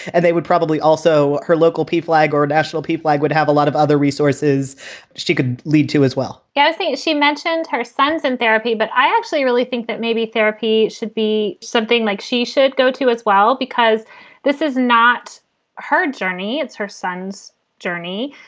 and they would probably also her local p flag or national people. i would have a lot of other resources she could lead to as well, yeah as she mentioned, her sons and therapy. but i actually really think that maybe therapy should be something like she should go to as well, because this is not her journey. it's her son's journey.